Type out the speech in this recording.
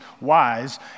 wise